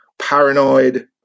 paranoid